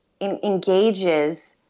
engages